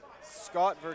Scott